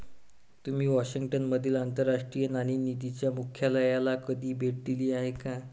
तुम्ही वॉशिंग्टन मधील आंतरराष्ट्रीय नाणेनिधीच्या मुख्यालयाला कधी भेट दिली आहे का?